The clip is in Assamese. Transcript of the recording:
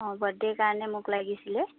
অঁ বাৰ্থডে'ৰ কাৰণে মোক লাগিছিলে